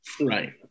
right